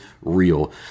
real